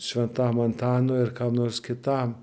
šventam antanui ar kam nors kitam